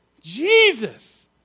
Jesus